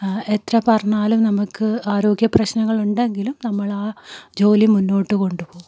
എത്ര പറഞ്ഞാലും നമുക്ക് ആരോഗ്യ പ്രശ്നങ്ങൾ ഉണ്ടെങ്കിലും നമ്മൾ ആ ജോലി മുന്നോട്ട് കൊണ്ടുപോവും